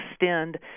extend